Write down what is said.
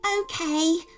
okay